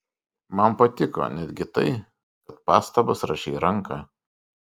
man patiko netgi tai kad pastabas rašei ranka